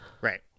Right